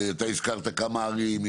אתה הזכרת כמה ערים,